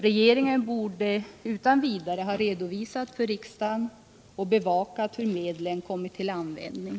Regeringen borde utan vidare ha redovisat för riksdagen och bevakat hur medlen kommit till användning.